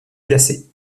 glacé